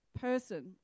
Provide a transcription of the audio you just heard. person